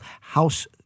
house